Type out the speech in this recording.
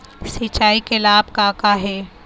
सिचाई के लाभ का का हे?